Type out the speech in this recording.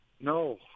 No